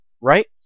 right